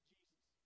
Jesus